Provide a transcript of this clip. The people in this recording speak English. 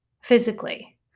physically